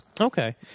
okay